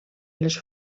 les